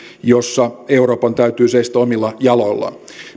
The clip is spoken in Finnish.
jossa euroopan täytyy seistä omilla jaloillaan